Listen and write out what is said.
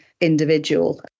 individual